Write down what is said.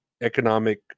economic